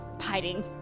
hiding